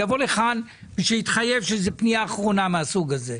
שיבוא לכאן ושיתחייב שזו פנייה אחרונה מהסוג הזה.